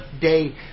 day